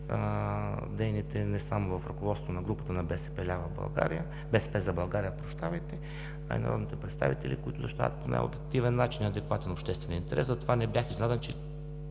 дейните не само в ръководството на групата на „БСП за България“, а и народните представители, които защитават по най-обективен начин адекватен обществен интерес. Затова не бях изненадан, че